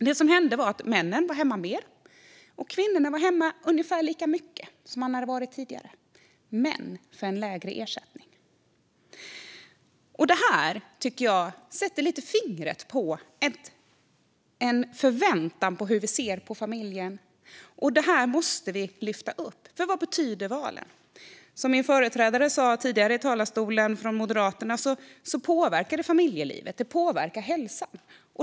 Det som hände var att männen var hemma mer och att kvinnorna var hemma ungefär lika mycket som tidigare men för en lägre ersättning. Detta sätter lite fingret på hur vi ser på familjen. Det här måste vi lyfta upp, för vad betyder valen? Som Moderaternas företrädare tidigare sa påverkar detta familjelivet och hälsan.